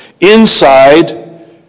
inside